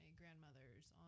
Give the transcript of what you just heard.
grandmother's